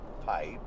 pipe